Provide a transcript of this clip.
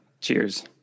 Cheers